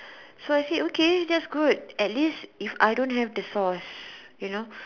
so I say okay that's good at least if I don't have the source you know